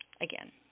again